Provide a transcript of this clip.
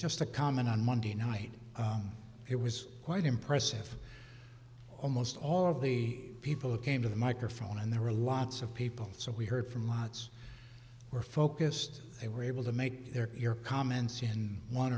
just to comment on monday night it was quite impressive almost all of the people who came to the microphone and there were lots of people so we heard from lots were focused they were able to make your comments in one